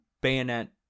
bayonet